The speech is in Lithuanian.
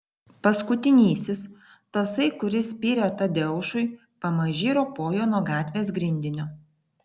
paskutinysis tasai kuris spyrė tadeušui pamaži ropojo nuo gatvės grindinio